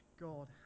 God